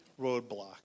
roadblock